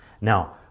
Now